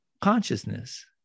consciousness